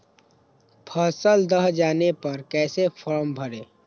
फसल दह जाने पर कैसे फॉर्म भरे?